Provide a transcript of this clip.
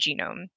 genome